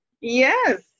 Yes